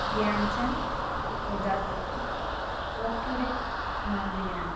ധ്യാൻചന്ദ് യഥാർത്ഥത്തിൽ ഹോക്കിയുടെ മാന്ത്രികനാണ്